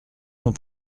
nous